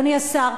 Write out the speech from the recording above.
אדוני השר,